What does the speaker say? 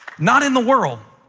not in the world.